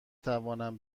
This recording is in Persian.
توانم